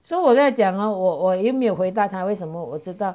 so 我在讲 lor 我我又回答他囖为什么我知道: wo wo you hui da ta lo wei shen me wo zhi dao